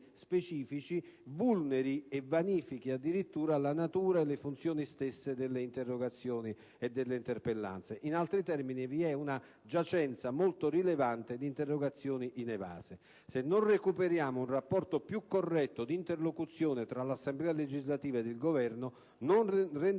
specifici vulneri e addirittura vanifichi la natura e le funzioni stesse delle interrogazioni e delle interpellanze. In altri termini, vi è una giacenza molto rilevante di interrogazioni inevase. Se non recuperiamo un rapporto più corretto di interlocuzione tra l'Assemblea legislativa ed il Governo non renderemo